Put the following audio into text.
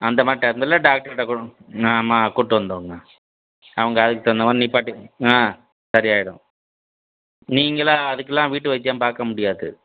அந்த மாதிரி டைமில் டாக்ட்ரு கிட்ட கொண்டு ஆமாம் கூட்டி வந்துடுங்க அவங்க அதுக்குத் தகுந்த மாதிரி நிப்பாட்டி ஆ சரியாகிடும் நீங்களாக அதுக்கெல்லாம் வீட்டு வைத்தியம் பார்க்க முடியாது